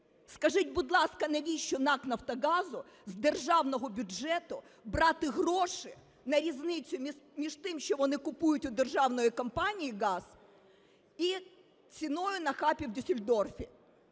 Скажіть, будь ласка, навіщо НАК "Нафтогазу" з державного бюджету брати гроші на різницю між тим, що вони купують у державної компанії газ, і ціною на хабі в Дюссельдорфі?